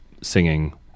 singing